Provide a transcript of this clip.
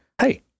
hey